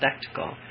spectacle